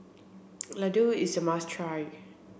Laddu is a must try